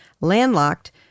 Landlocked